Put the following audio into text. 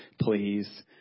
Please